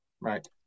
Right